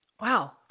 Wow